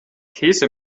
käse